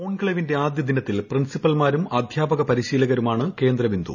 കോൺക്ലേവിന്റെ ആദ്യ ദിനത്തിൽ പ്രിൻസിപ്പൽമാരും അദ്ധ്യാപക പരിശീലകരുമാണ് കേന്ദ്രബിന്ദു